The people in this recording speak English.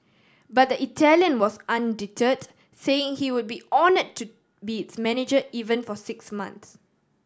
but the Italian was undeterred saying he would be honour to be its manager even for six months